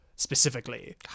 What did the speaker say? specifically